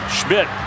Schmidt